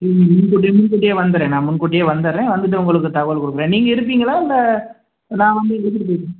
ம் முன்கூட்டியே முன்கூட்டியே வந்துடுறேன் நான் முன்கூட்டியே வந்துடுறேன் வந்துட்டு உங்களுக்கு தகவல் கொடுக்குறேன் நீங்கள் இருப்பீங்களா இல்லை நான் வந்து